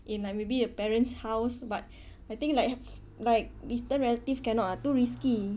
in like maybe a parent's house but I think like have like distant relative cannot ah too risky